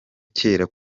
kera